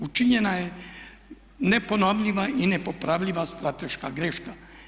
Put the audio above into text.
Učinjena je, neponovljiva i nepopravljiva strateška greška.